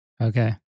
Okay